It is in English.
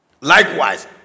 Likewise